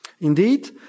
Indeed